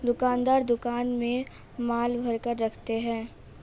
दुकानदार दुकान में माल भरकर रखते है